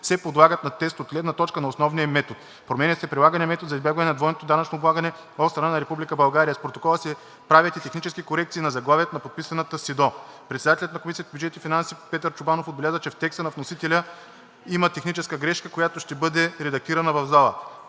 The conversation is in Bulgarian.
се подлагат на тест от гледна точка на основния метод. Променя се прилаганият метод за избягване на двойното данъчно облагане от страна на Република България. С Протокола се правят и технически корекции на заглавието на подписаната СИДДО. Председателят на Комисията по бюджет и финанси Петър Чобанов отбеляза, че в текста на вносителя има техническа грешка, която ще бъде редактирана в зала.